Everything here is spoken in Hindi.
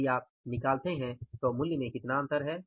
यदि आप निकालते हैं तो अब मूल्य में कितना अंतर है